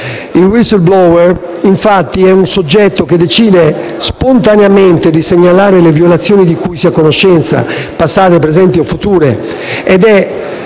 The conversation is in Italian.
Il *whistleblower*, infatti, è un soggetto che decide spontaneamente di segnalare le violazioni di cui sia a conoscenza, che siano passate, presenti o future.